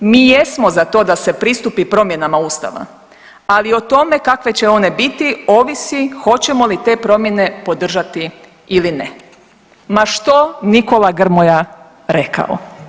Mi jesmo za to da se pristupi promjenama Ustava, ali o tome kakve će one biti ovisi hoćemo li te promjene podržati ili ne ma što Nikola Grmoja rekao.